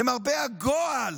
למרבה הגועל,